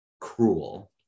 cruel